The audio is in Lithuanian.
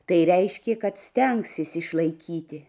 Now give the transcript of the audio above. tai reiškė kad stengsis išlaikyti